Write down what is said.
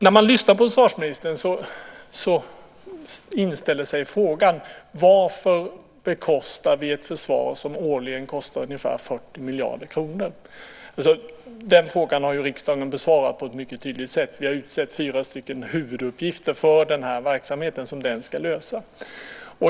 När man lyssnar på försvarsministern inställer sig frågan: Varför bekostar vi ett försvar som årligen kostar ungefär 40 miljarder kronor? Den frågan har riksdagen besvarat på ett mycket tydligt sätt. Vi har utsett fyra huvuduppgifter för verksamheten som den ska lösa.